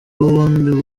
wawundi